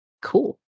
Cool